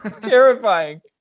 terrifying